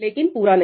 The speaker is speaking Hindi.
लेकिन पूरा नहीं